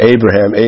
Abraham